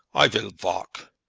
i vill valk.